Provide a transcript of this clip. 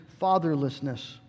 fatherlessness